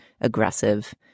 aggressive